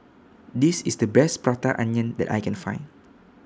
This IS The Best Prata Onion that I Can Find